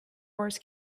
wars